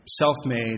Self-made